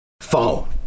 phone